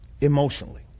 emotionally